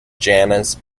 janice